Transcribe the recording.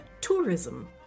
tourism